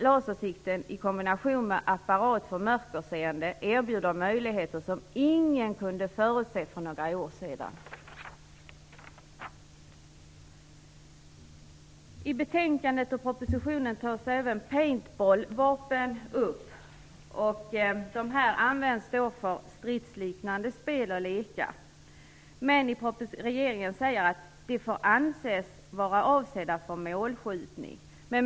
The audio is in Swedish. Lasersikte i kombination med apparat för mörkerseende erbjuder möjligheter som ingen kunde förutse för några år sedan. I betänkandet och propositionen tas även paintball-vapen upp. De används för stridsliknande spel och lekar. Men regeringen säger i propositionen att de får anses vara avsedda för målskjutning.